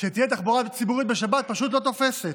שתהיה תחבורה ציבורית בשבת פשוט לא תופסת.